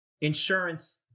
insurance